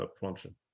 function